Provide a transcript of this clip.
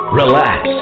relax